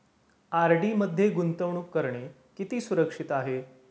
RD मध्ये गुंतवणूक करणे किती सुरक्षित आहे?